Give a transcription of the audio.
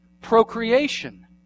procreation